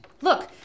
Look